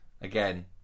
again